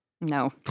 No